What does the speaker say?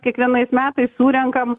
kiekvienais metais surenkam